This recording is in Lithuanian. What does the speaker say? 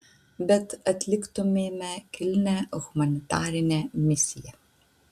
bet atliktumėme kilnią humanitarinę misiją